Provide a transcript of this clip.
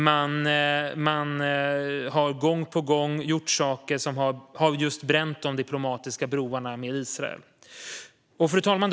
Man har gång på gång gjort saker som har bränt de diplomatiska broarna med Israel. Fru talman!